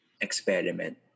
experiment